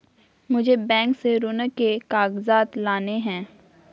मुझे बैंक से ऋण के कागजात लाने हैं